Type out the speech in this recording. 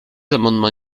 amendement